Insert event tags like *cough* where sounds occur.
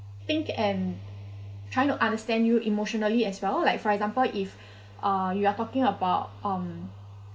think and trying to understand you emotionally as well like for example if *breath* uh you are talking about um